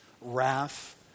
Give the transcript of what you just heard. wrath